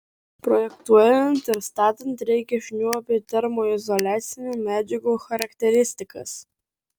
projektuojant ir statant reikia žinių apie termoizoliacinių medžiagų charakteristikas